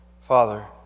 Father